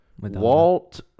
Walt